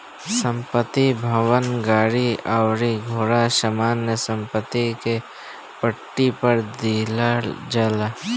संपत्ति, भवन, गाड़ी अउरी घोड़ा सामान्य सम्पत्ति के पट्टा पर दीहल जाला